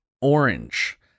Orange